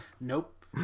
Nope